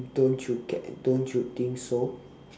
don't you get don't you think so